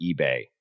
eBay